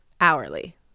hourly